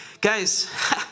Guys